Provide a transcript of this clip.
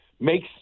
makes –